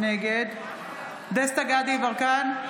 נגד דסטה גדי יברקן,